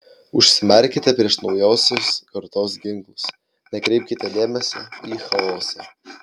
užsimerkite prieš naujausios kartos ginklus nekreipkite dėmesio į chaosą